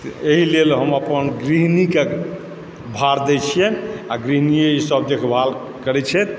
एहि लेल हम अपन गृहिणीकें भार दै छियनि आ गृहिणीयै ईसभ देखभाल करति छथि